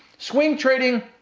swing trading,